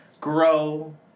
grow